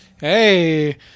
hey